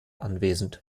anwesend